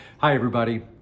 hi everybody.